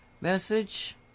message